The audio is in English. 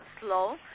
slow